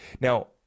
Now